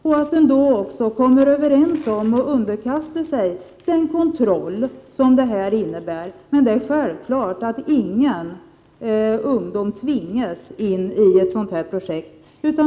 Då måste man också vara överens om att underkasta sig den kontroll som detta innebär. Men självklart tvingas inga ungdomar in i ett sådant här projekt.